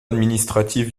administratif